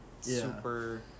super